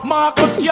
Marcus